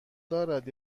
دارد